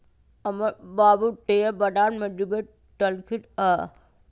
हमर बाबू शेयर बजार में निवेश कलखिन्ह ह